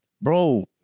bro